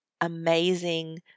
amazing